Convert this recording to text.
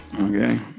Okay